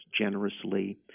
generously